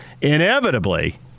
Inevitably